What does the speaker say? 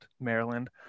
Maryland